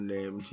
Name